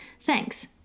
thanks